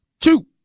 Two